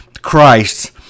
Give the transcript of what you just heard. Christ